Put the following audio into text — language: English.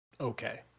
Okay